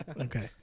Okay